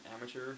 amateur